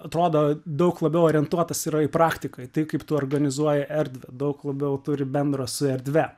atrodo daug labiau orientuotas yra į praktiką tai kaip tu organizuoji erdvę daug labiau turi bendro su erdve